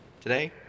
today